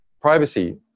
privacy